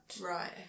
Right